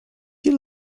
you